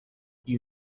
you